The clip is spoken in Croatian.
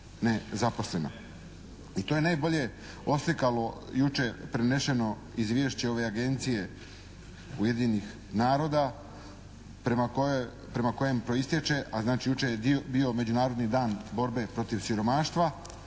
nezaposlena. I to je najbolje oslikalo jučer prenešeno izvješće ove agencije Ujedinjenih naroda prema kojem proistječe, a znači jučer je bio međunarodni Dan borbe protiv siromaštva,